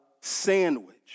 sandwich